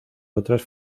otras